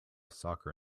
soccer